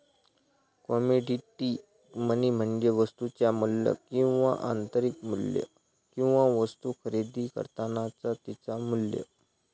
commodity money म्हणजे वस्तुचा मू्ल्य किंवा आंतरिक मू्ल्य किंवा वस्तु खरेदी करतानाचा तिचा मू्ल्य